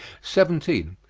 seventeen.